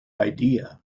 idea